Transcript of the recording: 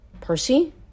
Percy